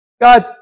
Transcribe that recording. God